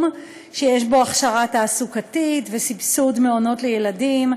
שיש בו הכשרה תעסוקתית וסבסוד מעונות לילדים.